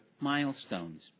milestones